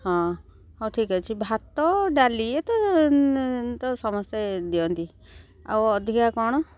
ହଁ ହଉ ଠିକ୍ ଅଛି ଭାତ ଡାଲି ଏତେ ତ ସମସ୍ତେ ଦିଅନ୍ତି ଆଉ ଅଧିକା କ'ଣ